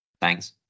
Thanks